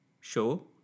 Show